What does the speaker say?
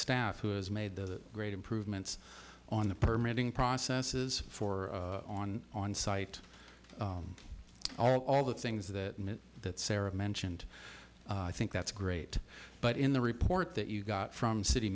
staff who has made the great improvements on the permitting processes for on on site all the things that that sarah mentioned i think that's great but in the report that you got from city